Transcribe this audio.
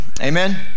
amen